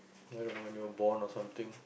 I don't know when you all bond or something